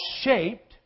shaped